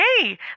Hey